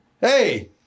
Hey